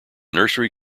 nursery